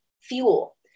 fuel